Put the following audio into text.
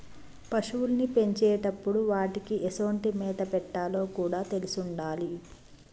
పశువుల్ని పెంచేటప్పుడు వాటికీ ఎసొంటి మేత పెట్టాలో కూడా తెలిసుండాలి